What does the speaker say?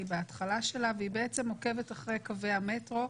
היא בהתחלה שלה והיא עוקבת אחרי קווי המטרו.